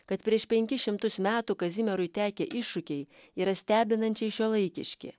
kad prieš penkis šimtus metų kazimierui tekę iššūkiai yra stebinančiai šiuolaikiški